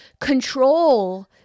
control